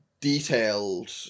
detailed